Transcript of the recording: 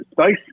space